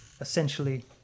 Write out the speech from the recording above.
essentially